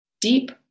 deep